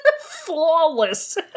flawless